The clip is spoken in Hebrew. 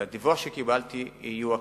לפי הדיווח שקיבלתי יהיו הקלות,